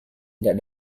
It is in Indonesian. tidak